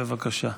בבקשה.